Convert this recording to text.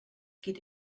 geht